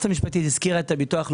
אני